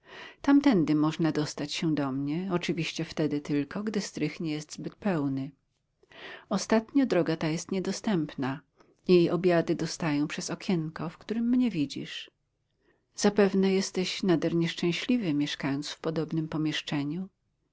tamtędy można dostać się do mnie oczywiście wtedy tylko gdy strych nie jest zbyt pełny ostatnio droga ta jest niedostępna i obiady dostaję przez okienko w którym mnie widzisz zapewne jesteś nader nieszczęśliwy mieszkając w podobnym pomieszczeniu